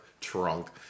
trunk